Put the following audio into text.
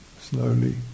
Slowly